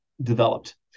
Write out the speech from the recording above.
developed